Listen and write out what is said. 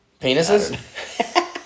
Penises